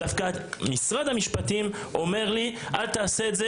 משרד המשפטים אומר לי לא לעשות את זה